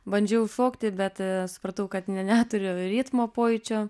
bandžiau šokti bet supratau kad ne neturiu ritmo pojūčio